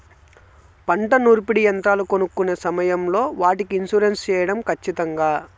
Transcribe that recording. పంట నూర్పిడి యంత్రాలు కొనుక్కొనే సమయం లో వాటికి ఇన్సూరెన్సు సేయడం ఖచ్చితంగా?